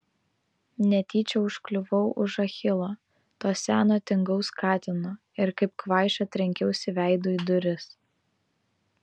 netyčia užkliuvau už achilo to seno tingaus katino ir kaip kvaiša trenkiausi veidu į duris